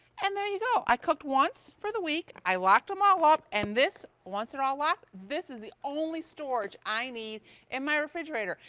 and there you go. i cooked once for the week. i locked them all up. and once they're ah locked, this is the only storage i need in my refrigerator.